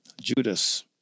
Judas